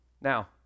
Now